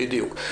בדיוק.